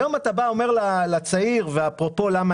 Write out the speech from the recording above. היום אתה בא ואומר לצעיר ואפרופו למה